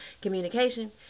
communication